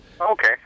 Okay